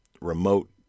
remote